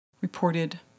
reported